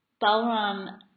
Balram